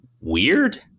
weird